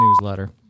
newsletter